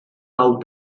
out